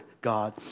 God